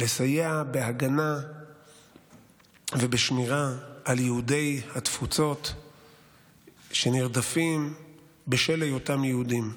לסייע בהגנה ובשמירה על יהודי התפוצות שנרדפים בשל היותם יהודים.